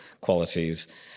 qualities